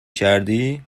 کردی